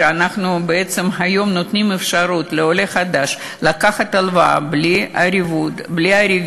היום אנחנו בעצם נותנים לעולה חדש לקחת הלוואה בלי ערבים.